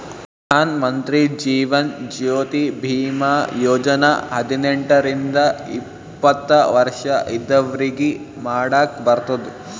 ಪ್ರಧಾನ್ ಮಂತ್ರಿ ಜೀವನ್ ಜ್ಯೋತಿ ಭೀಮಾ ಯೋಜನಾ ಹದಿನೆಂಟ ರಿಂದ ಎಪ್ಪತ್ತ ವರ್ಷ ಇದ್ದವ್ರಿಗಿ ಮಾಡಾಕ್ ಬರ್ತುದ್